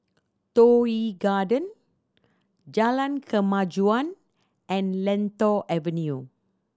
Toh Yi Garden Jalan Kemajuan and Lentor Avenue